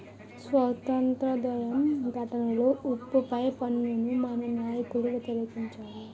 స్వాతంత్రోద్యమ ఘట్టంలో ఉప్పు పై పన్నును మన నాయకులు వ్యతిరేకించారు